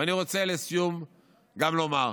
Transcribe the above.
ואני רוצה לסיום גם לומר